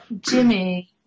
Jimmy